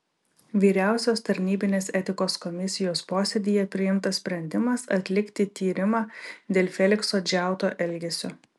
vyriausios tarnybinės etikos komisijos posėdyje priimtas sprendimas atlikti tyrimą dėl felikso džiauto elgesio